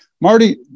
Marty